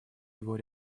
его